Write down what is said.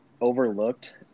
overlooked